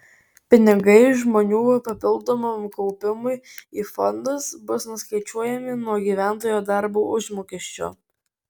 pinigai žmonių papildomam kaupimui į fondus bus nuskaičiuojami nuo gyventojo darbo užmokesčio